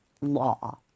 law